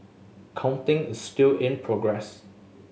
counting is still in progress